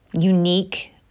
unique